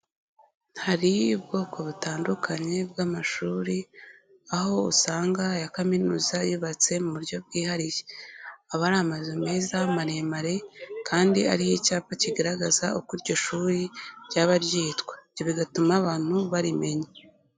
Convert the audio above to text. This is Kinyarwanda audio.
Hari ubwoko butandukanye bw'amashuri, aho usanga aya kaminuza yubatse mu buryo bwihariye. Aba ari amazu meza maremare, kandi hariho icyapa kigaragaza uko iryo shuri ryaba ryitwa, ibyo bigatuma abantu barimenya.